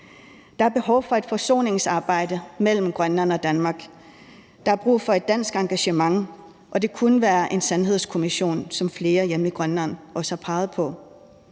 Der er behov for et forsoningsarbejde mellem Grønland og Danmark. Der er brug for et dansk engagement, og det kunne være en sandhedskommission, som flere hjemme i Grønland også har peget på.